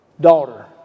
daughter